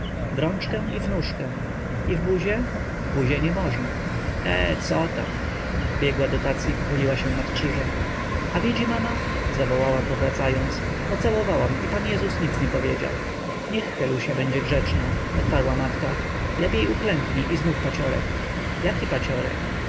rączkę i w nóżkę i w buzię w buzię nie można eh cotam pobiegła do tacy i pochyliła się nad krzyżem a widzi mama zawołała powracając pocałowałam i pan jezus nic nie powiedział niech helusia będzie grzeczna odparła matka lepiej uklęknij i zmów paciorek jaki